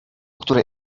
której